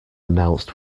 announced